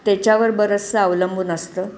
त्याच्यावर बरंचसं अवलंबून असतं